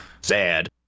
Sad